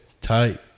Tight